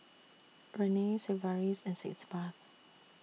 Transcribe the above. Rene Sigvaris and Sitz Bath